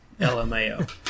LMAO